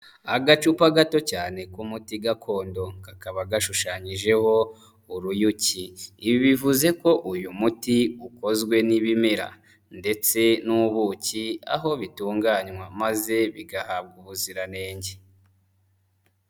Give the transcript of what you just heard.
Agacupa gato cyane k'umuti gakondo kakaba gashushanyijeho uruyuki, ibi bivuze ko uyu muti ukozwe n'ibimera ndetse n'ubuki, aho bitunganywa maze bigahabwa ubuziranenge.